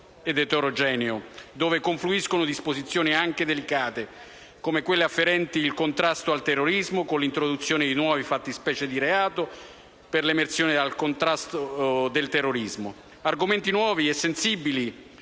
ed eterogeneo dove confluiscono disposizioni anche delicate, come quelle afferenti il contrasto al terrorismo, con l'introduzione di nuove fattispecie di reato per l'emersione e il contrasto dello stesso. Argomenti nuovi e sensibili